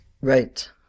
Right